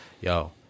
yo